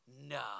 No